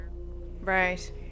Right